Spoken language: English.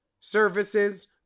services